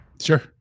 Sure